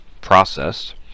processed